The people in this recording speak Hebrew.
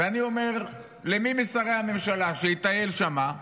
ואני אומר למי משרי הממשלה שיטייל שם,